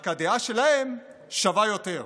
רק הדעה שלהם שווה יותר.